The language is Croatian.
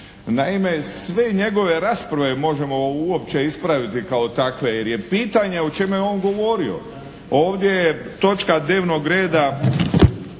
Naime, sve njegove rasprave možemo uopće ispraviti kao takve, jer je pitanje o čemu je on govorio. Ovdje je točka dnevnog reda